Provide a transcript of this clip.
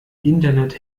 internet